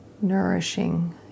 nourishing